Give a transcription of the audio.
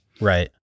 Right